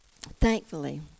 thankfully